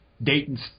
Dayton's